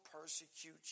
persecute